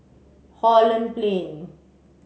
Holland Plain